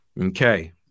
Okay